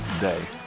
day